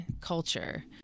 culture